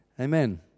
Amen